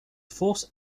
force